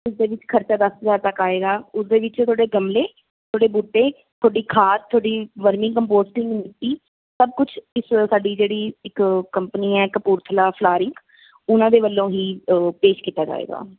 ਉਸਦੇ ਵਿੱਚ ਖਰਚਾ ਦਸ ਹਜ਼ਾਰ ਤੱਕ ਆਏਗਾ ਉਸਦੇ ਵਿੱਚ ਤੁਹਾਡੇ ਗਮਲੇ ਤੁਹਾਡੇ ਬੂਟੇ ਤੁਹਾਡੀ ਖਾਦ ਤੁਹਾਡੀ ਵਰਮਿੰਗ ਕੰਪੋਸਟਿੰਗ ਮਿੱਟੀ ਸਭ ਕੁਝ ਇਸ ਸਾਡੀ ਜਿਹੜੀ ਇੱਕ ਕੰਪਨੀ ਹੈ ਕਪੂਰਥਲਾ ਫਲਾਰੀ ਉਹਨਾਂ ਦੇ ਵੱਲੋਂ ਹੀ ਪੇਸ਼ ਕੀਤਾ ਜਾਵੇਗਾ